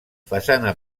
façana